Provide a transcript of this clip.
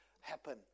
happen